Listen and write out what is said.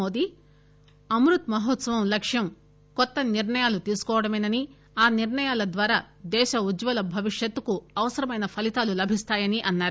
మోదీ అమృత్ మహోత్పవం లక్క్యం కొత్త నిర్ణయాలు తీసుకోవడమేనని ఆ నిర్ణయాల ద్వారా దేశ ఉజ్వల భవిష్యత్తుకు అవసరమైన ఫలితాలు లభిస్తాయని అన్నారు